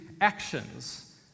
actions